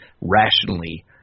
rationally